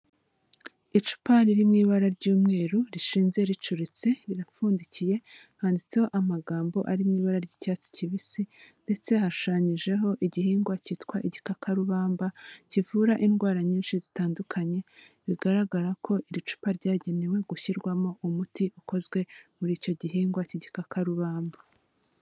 Icupa riri mu ibara ry'umweru, rishinze ricuritse, rirapfundikiye, handitseho amagambo ari mu ibara ry'icyatsi kibisi ndetse hashushanyijeho igihingwa cyitwa igikakarubamba kivura indwara nyinshi zitandukanye, bigaragara ko iri cupa ryagenewe gushyirwamo umuti ukozwe muri icyo gihingwa cy'igikakarubamba.